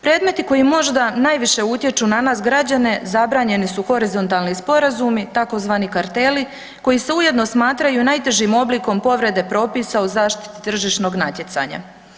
Predmeti koji možda najviše utječu na nas građane zabranjeni su horizontalni sporazumi tzv. karteli koji se ujedno smatraju najtežim oblikom povrede propisa u zaštiti tržišnog natjecanja.